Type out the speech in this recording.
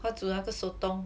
他煮那个 sotong